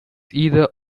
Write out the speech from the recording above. either